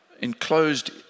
enclosed